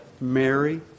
Mary